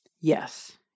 Yes